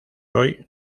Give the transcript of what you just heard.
hoy